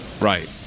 right